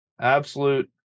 absolute